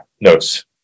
notes